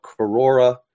Corora